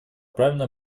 правильно